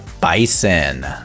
bison